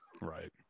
Right